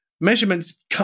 measurements